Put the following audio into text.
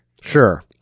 Sure